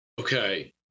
Okay